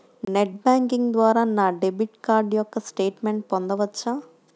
Net banking ద్వారా నా debit card యొక్క స్టేట్మెంట్ పొందవచ్చా?